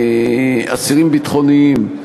אסירים ביטחוניים,